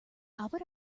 albert